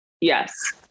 yes